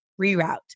reroute